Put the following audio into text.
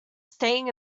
staying